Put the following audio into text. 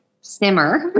simmer